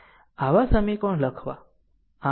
આવા સમીકરણો લખવું r આ છે